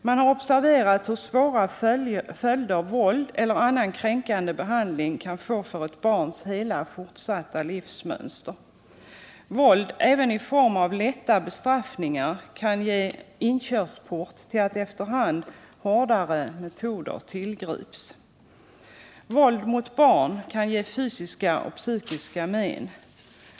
Man har observerat hur svåra följder våld eller annan kränkande behandling kan få för ett barns hela fortsatta livsmönster. Våld även i form av lätta bestraffningar kan bli en inkörsport till att efterhand hårdare metoder tillgrips. Våld mot barn kan ge fysiska och psykiska men.